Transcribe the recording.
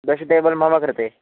vegetable मम कृते